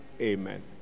amen